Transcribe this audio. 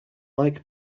like